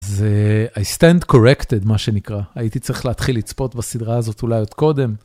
I stand corrected מה שנקרא הייתי צריך להתחיל לצפות בסדרה הזאת אולי עוד קודם.